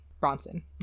Bronson